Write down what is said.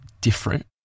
different